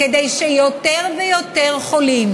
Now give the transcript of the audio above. כדי שיותר ויותר חולים